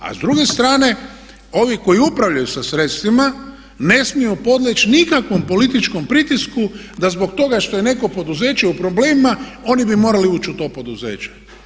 A s druge strane ovi koji upravljaju sa sredstvima ne smiju podleći nikakvom političkom pritisku da zbog toga što je neko poduzeće u problemima oni bi morali ući u to poduzeće.